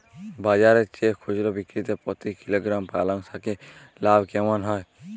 বাজারের চেয়ে খুচরো বিক্রিতে প্রতি কিলোগ্রাম পালং শাকে লাভ কেমন হয়?